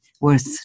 worth